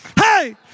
Hey